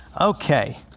Okay